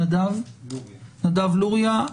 נדב לוריא.